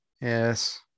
yes